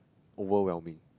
overwhelming